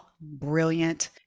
brilliant